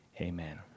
Amen